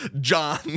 John